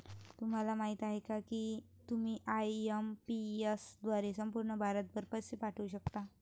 तुम्हाला माहिती आहे का की तुम्ही आय.एम.पी.एस द्वारे संपूर्ण भारतभर पैसे पाठवू शकता